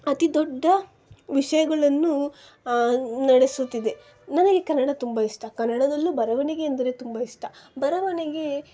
ಅತಿ ದೊಡ್ಡ ವಿಷಯಗಳನ್ನು ನಡೆಸುತ್ತಿದೆ ನನಗೆ ಕನ್ನಡ ತುಂಬ ಇಷ್ಟ ಕನ್ನಡದಲ್ಲೂ ಬರವಣಿಗೆ ಅಂದರೆ ತುಂಬ ಇಷ್ಟ ಬರವಣಿಗೆ